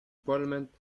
parliament